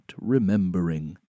remembering